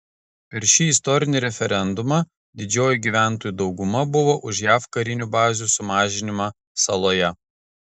per šį istorinį referendumą didžioji gyventojų dauguma buvo už jav karinių bazių sumažinimą saloje